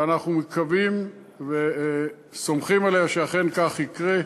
ואנחנו מקווים וסומכים עליה שאכן כך יקרה,